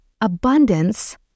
Abundance